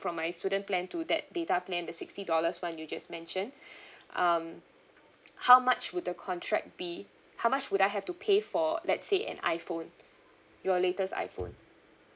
from my student plan to that data plan the sixty dollars [one] you just mentioned um how much would the contract be how much would I have to pay for let's say an iphone your latest iphone